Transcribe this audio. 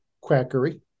quackery